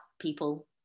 people